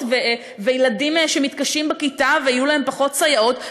וילדים שמתקשים בכיתה ויהיו להם פחות סייעות,